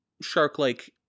shark-like